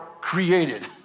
created